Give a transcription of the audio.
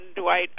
Dwight